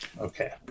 Okay